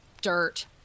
dirt